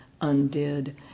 undid